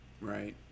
Right